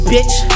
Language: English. Bitch